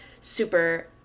super